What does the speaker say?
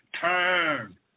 Turn